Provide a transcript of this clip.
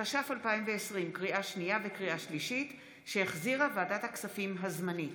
התש"ף 2020, שהחזירה ועדת הכספים הזמנית.